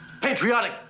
patriotic